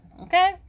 okay